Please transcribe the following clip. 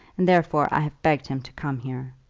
and therefore i have begged him to come here.